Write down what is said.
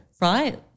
Right